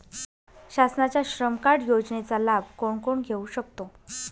शासनाच्या श्रम कार्ड योजनेचा लाभ कोण कोण घेऊ शकतो?